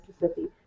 mississippi